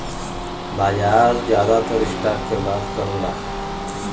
बाजार जादातर स्टॉक के बात करला